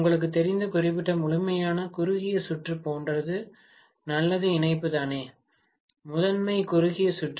உங்களுக்குத் தெரிந்த குறிப்பிட்ட முழுமையான குறுகிய சுற்று போன்றது நல்லது இணைப்பு தானே முதன்மை குறுகிய சுற்று